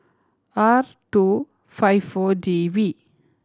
R two five Four D V